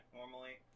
normally